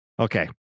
Okay